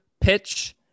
pitch